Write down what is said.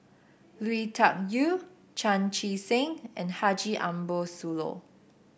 Lui Tuck Yew Chan Chee Seng and Haji Ambo Sooloh